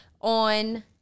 on